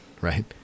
right